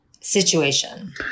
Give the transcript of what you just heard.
situation